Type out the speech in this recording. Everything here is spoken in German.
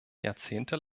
jahrzehnte